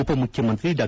ಉಪಮುಖ್ಯಮಂತ್ರಿ ಡಾ